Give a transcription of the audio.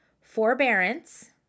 forbearance